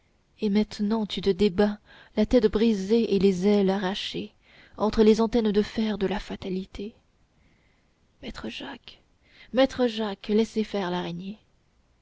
et maintenant tu te débats la tête brisée et les ailes arrachées entre les antennes de fer de la fatalité maître jacques maître jacques laissez faire l'araignée